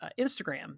Instagram